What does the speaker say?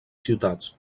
ciutats